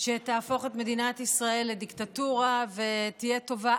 שתהפוך את מדינת ישראל לדיקטטורה ותהיה טובה